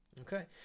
Okay